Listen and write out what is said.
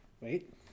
Wait